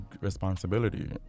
responsibility